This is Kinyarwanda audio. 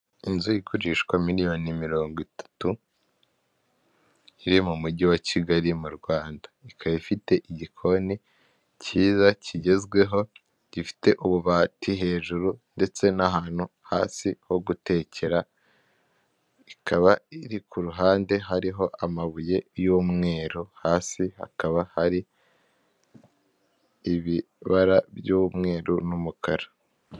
Inzu igurishwa miliyoni mirongo itatu, iri mu mujyi wa Kigali mu Rwanda. Ikaba ifite igikoni cyiza kigezweho, gifite ububati hejuru ndetse n'ahantu hasi ho gutekera, ikaba iri ku ruhande, hariho amabuye y'umweru hasi hakaba hari ibibara by'umweru n'umukara.